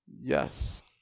Yes